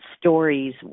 stories